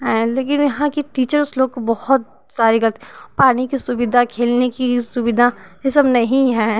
and लेकिन यहाँ कि टीचर उस लोग को बहुत सारी गत पानी कि सुविधा खेलने कि सुविधा ये सब नहीं है